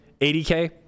80K